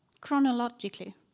chronologically